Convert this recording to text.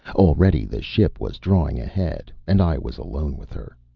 already the ship was drawing ahead. and i was alone with her.